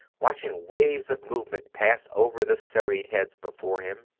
watching waves of movement pass over the serried heads before him.